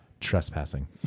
trespassing